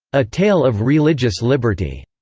a tale of religious liberty